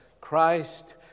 Christ